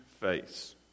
face